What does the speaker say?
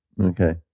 Okay